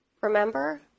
Remember